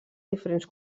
diferents